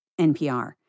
NPR